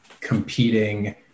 competing